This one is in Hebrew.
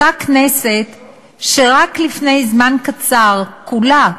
אותה כנסת שרק לפני זמן קצר כולה,